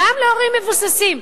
גם להורים מבוססים,